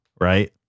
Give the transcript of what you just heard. right